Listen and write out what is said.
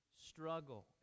struggle